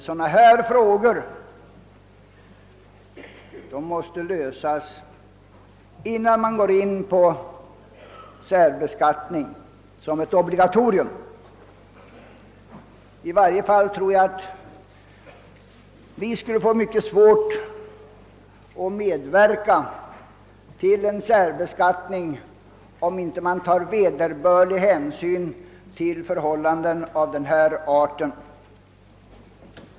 Sådana här frågor måste lösas, innan man inför en obligatorisk särbeskattning. I varje fall tror jag att vi skulle få mycket svårt att medverka till en särbeskattning om man inte tar vederbörlig hänsyn till förhållanden av denna art.